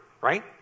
right